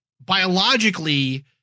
biologically